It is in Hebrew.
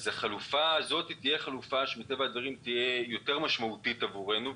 אז החלופה הזאת תהיה מטבע הדברים משמעותית יותר עבורנו,